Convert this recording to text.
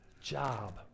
Job